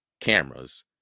cameras